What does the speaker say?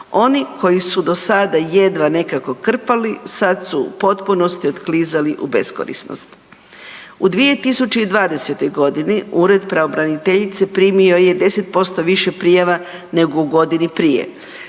Oni koji su do sada jedva nekako krpali sad su u potpunosti odsklizali u beskorisnost. U 2020.g. Ured pravobraniteljice primio je 10% više prijava nego u godini prije,